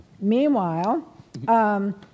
Meanwhile